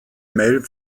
mail